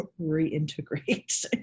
reintegrate